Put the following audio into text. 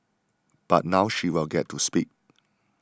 but now she will get to speak